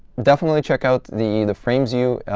definitely check out the the frames view,